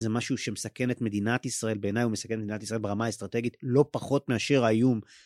זה משהו שמסכן את מדינת ישראל, בעיניי הוא מסכן את מדינת ישראל ברמה האסטרטגית לא פחות מאשר האיום.